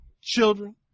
children